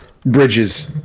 bridges